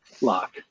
lock